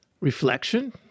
reflection